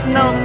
no